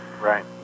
Right